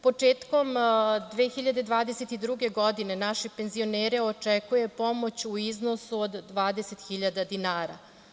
Početkom 2022. godine naši penzionere očekuje pomoć u iznosu od 20 hiljada dinara.